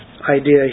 idea